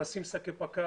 לשים שקים,